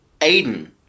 Aiden